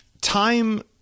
Time